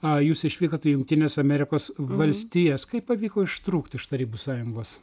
a jūs išvykot į jungtines amerikos valstijas kaip pavyko ištrūkti iš tarybų sąjungos